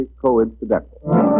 coincidental